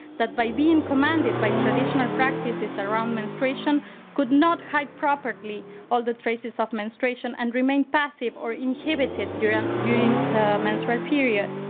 by being commanded by traditional practices around menstruation could not hide properly all the traces of menstruation and remained passive or inhibited during during the menstrual period.